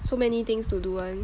so many things to do [one]